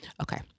Okay